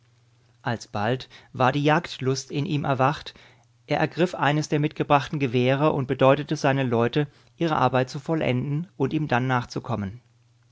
alsbald war die jagdlust in ihm erwacht er ergriff eines der mitgebrachten gewehre und bedeutete seine leute ihre arbeit zu vollenden und ihm dann nachzukommen